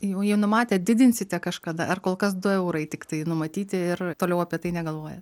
jau jie numatė didinsite kažkada ar kol kas du eurai tiktai numatyti ir toliau apie tai negalvoja